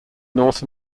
north